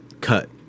cut